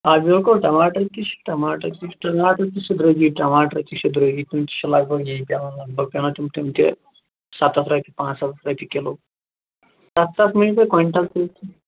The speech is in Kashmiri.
آ بِلکُل ٹماٹر تہِ چھِ ٹماٹر تہِ چھِ ٹماٹر تہِ چھِ درٛۅگی ٹماٹر تہِ چھِ درٛۅگۍ تِم تہِ چھِ لگ بگ یی پیٚوان لگ بگ پیٚوان تِم تِم تہِ سَتَتھ رۄپیہِ پانٛژٕسَتَتھ رۄپیہِ کِلو